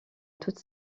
toute